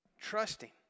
Trusting